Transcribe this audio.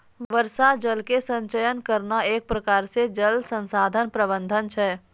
वर्षा जल के संचयन करना एक प्रकार से जल संसाधन प्रबंधन छै